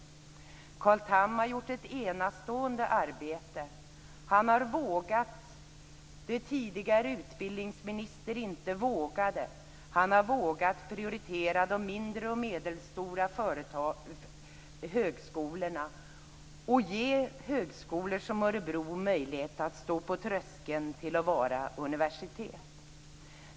Carl Tham har gjort ett enastående arbete. Han har vågat det tidigare utbildningsministrar inte vågade. Han har vågat prioritera de mindre och medelstora högskolorna och ge högskolor som Örebro möjlighet att stå på tröskeln till att vara universitet.